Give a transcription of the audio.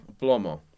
plomo